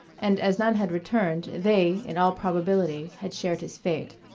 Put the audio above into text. and as none had returned, they, in all probability had shared his fate.